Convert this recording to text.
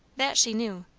that she knew.